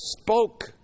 spoke